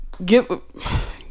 Give